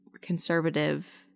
conservative